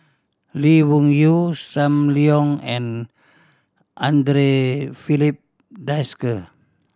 Lee Wung Yew Sam Leong and Andre Filipe Desker